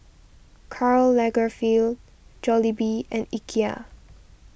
Karl Lagerfeld Jollibee and Ikea